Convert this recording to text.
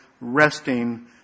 resting